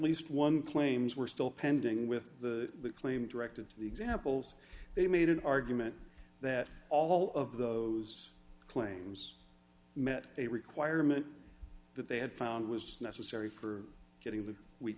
least one claims were still pending with the claim directed to the examples they made an argument that all of those claims met a requirement that they had found was necessary for getting